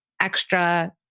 extra